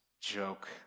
joke